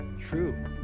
true